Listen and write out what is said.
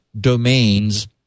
domains